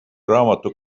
raamatu